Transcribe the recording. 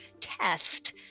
test